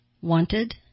wanted